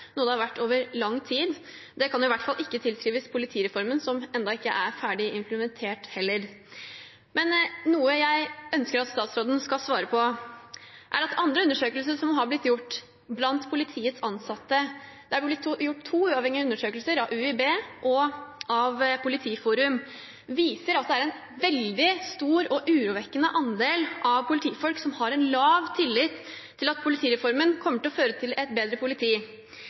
noe det har vært over lang tid. Det kan i hvert fall ikke tilskrives politireformen, som ennå ikke er ferdig implementert heller. Men noe jeg ønsker at statsråden skal svare på, gjelder andre undersøkelser som har blitt gjort blant politiets ansatte. Det er blitt gjort to uavhengige undersøkelser, av UiB og av Politiforum, som viser at det er en veldig stor og urovekkende andel av politifolk som har lav tillit til at politireformen kommer til å føre til et bedre politi.